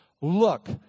Look